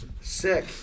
Sick